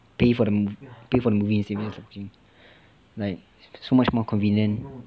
pay for the mo~ pay for the movie instead like it's so much more convenient